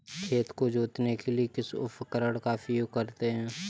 खेत को जोतने के लिए किस उपकरण का उपयोग करते हैं?